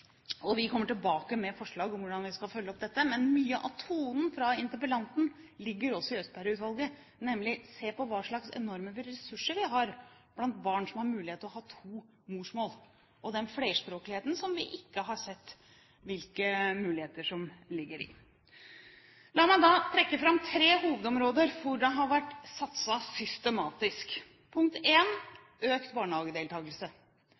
Vi kommer tilbake med forslag om hvordan vi skal følge opp dette, men mye av tonen fra interpellanten ligger også i Østberg-utvalgets utredning, nemlig å se på hva slags enorme ressurser vi har blant barn som har mulighet til å ha to morsmål – en flerspråklighet som vi ikke har sett hvilke muligheter det ligger i. La meg trekke fram tre hovedområder hvor det har vært satset systematisk.